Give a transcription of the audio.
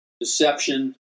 deception